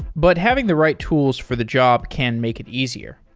but having the right tools for the job can make it easier.